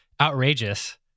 outrageous